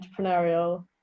entrepreneurial